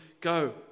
go